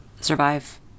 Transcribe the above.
survive